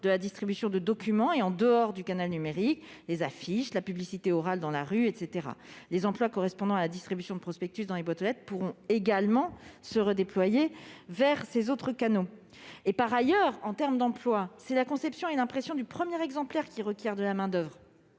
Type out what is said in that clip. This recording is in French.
de la distribution de documents et du canal numérique, comme les affiches, la publicité orale dans la rue, etc. Les emplois correspondant à la distribution de prospectus dans les boîtes aux lettres pourront être redéployés vers ces canaux. De plus, pour ce qui est de l'emploi, ce sont la conception et l'impression du premier exemplaire qui requièrent de la main-d'oeuvre.